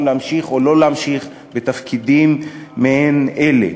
להמשיך או לא להמשיך בתפקידים מעין אלה.